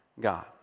God